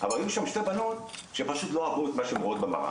אבל היו שם שתי בנות שפשוט לא אהבו את מה שהן רואות במראה,